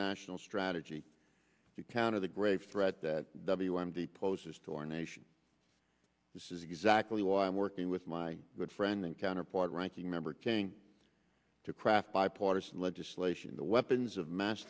national strategy to counter the great threat that wm d poses to our nation this is exactly why i'm working with my good friend and counterpart ranking member king to craft bipartisan legislation the weapons of mass